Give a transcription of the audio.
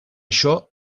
això